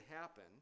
happen